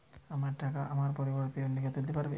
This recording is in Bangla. আমার টাকা আমার পরিবর্তে অন্য কেউ তুলতে পারবে?